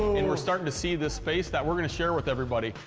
and we're starting to see this space that we're gonna share with everybody.